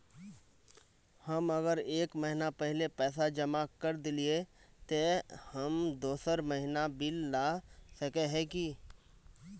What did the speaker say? हम अगर एक महीना पहले पैसा जमा कर देलिये ते हम दोसर महीना बिल ला सके है की?